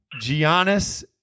Giannis